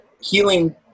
healing